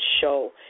show